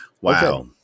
Wow